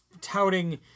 touting